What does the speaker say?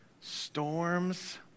storms